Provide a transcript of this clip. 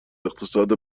اقتصاد